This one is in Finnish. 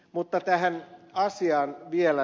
mutta tähän asiaan vielä